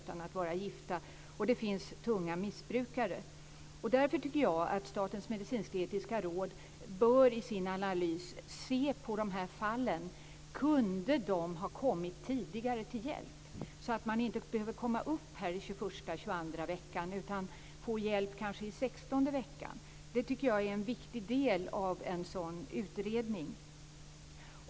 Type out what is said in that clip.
Dit hör också tunga missbrukare. Jag tycker att Statens medicinsk-etiska råd i sin analys av dessa fall bör se efter om man kunde ha kommit tidigare till hjälp. Kunde man ha ingripit tidigare än i 21:a eller 22:a veckan och i stället ha gett hjälp kanske i 16:e veckan? Jag tycker att det är en viktig del i en utredning.